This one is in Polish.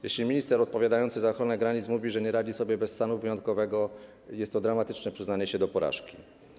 Jeśli minister odpowiadający za ochronę granic mówi, że nie radzi sobie bez stanu wyjątkowego, jest to dramatyczne przyznanie się do porażki.